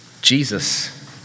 Jesus